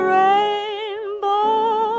rainbow